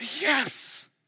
yes